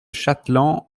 chateland